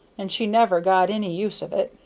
and she never got any use of it,